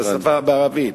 זה בערבית.